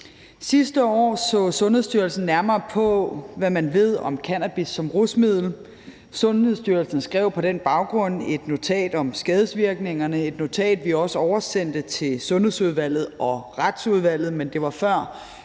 Sidste år så Sundhedsstyrelsen nærmere på, hvad man ved om cannabis som rusmiddel. Sundhedsstyrelsen skrev på den baggrund et notat om skadesvirkningerne – et notat, som vi også oversendte til Sundhedsudvalget og Retsudvalget – men det var før